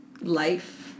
life